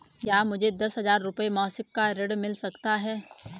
क्या मुझे दस हजार रुपये मासिक का ऋण मिल सकता है?